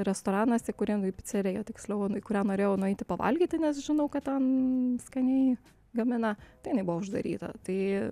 restoranas į kurį į piceriją tiksliau į kurią norėjau nueiti pavalgyti nes žinau kad ten skaniai gamina tai jinai buvo uždaryta tai